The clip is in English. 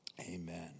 amen